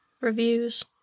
Reviews